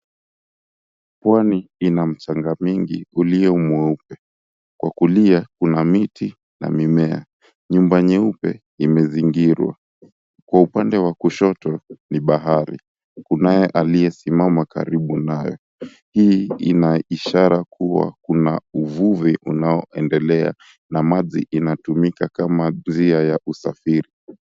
Pwani ina mchanga mingi ulio mweupe kwa kulia kuna miti na mimea, nyumba nyeupe imezingirwa, kwa upande wa kushoto ni bahari kunaye aliyesimama karibu nayo, hii ina ishara kua kuna uvuvi unaoendelea na maji inatumika kama njia ya usafiri.